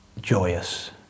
Joyous